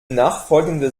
nachfolgende